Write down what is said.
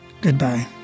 Goodbye